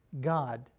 God